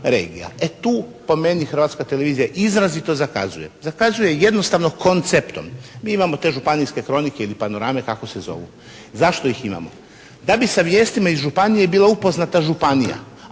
E tu po meni Hrvatska televizija izrazito zakazuje. Zakazuje jednostavno konceptom. Mi imamo te županijske kronike ili panorame kako se zovu. Zašto ih imamo? Da bi sa vijestima iz županije bila upoznata županija.